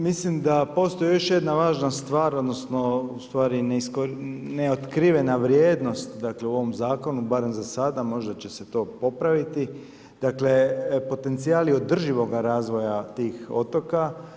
Mislim da postoji još jedna stvar odnosno ustvari neotkrivena vrijednost dakle u ovom zakonu, barem za sada, možda će se to popraviti, dakle potencijal je održivoga razvoja tih otoka.